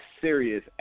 serious